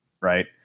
right